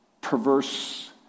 perverse